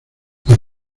las